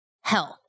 health